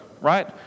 right